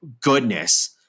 goodness –